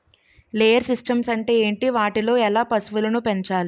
Layer systems అంటే ఏంటి? వాటిలో ఎలా పశువులను పెంచాలి?